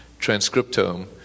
transcriptome